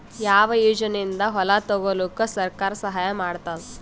ಯಾವ ಯೋಜನೆಯಿಂದ ಹೊಲ ತೊಗೊಲುಕ ಸರ್ಕಾರ ಸಹಾಯ ಮಾಡತಾದ?